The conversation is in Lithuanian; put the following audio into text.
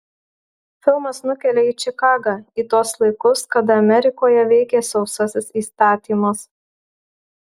filmas nukelia į čikagą į tuos laikus kada amerikoje veikė sausasis įstatymas